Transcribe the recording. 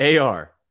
AR